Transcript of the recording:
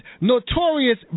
notorious